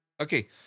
okay